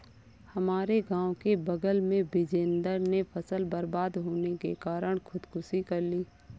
हमारे गांव के बगल में बिजेंदर ने फसल बर्बाद होने के कारण खुदकुशी कर ली